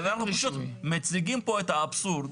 מציגים כאן את האבסורד